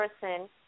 person